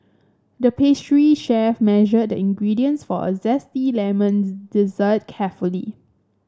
the pastry chef measured the ingredients for a zesty lemon dessert carefully